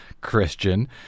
Christian